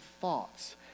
thoughts